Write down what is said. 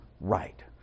right